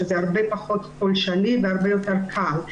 שזה הרבה פחות פולשני והרבה יותר קל.